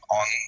on